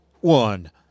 one